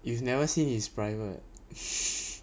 you've never seen his private